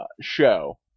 show